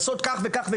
לעשות כך וכך,